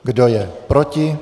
Kdo je proti?